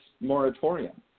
moratorium